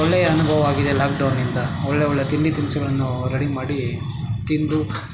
ಒಳ್ಳೆಯ ಅನುಭವ ಆಗಿದೆ ಲಾಕ್ಡೌನಿಂದ ಒಳ್ಳೆಯ ಒಳ್ಳೆಯ ತಿಂಡಿ ತಿನಿಸುಗಳನ್ನು ರೆಡಿ ಮಾಡಿ ತಿಂದು